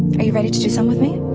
you ready to do some with me?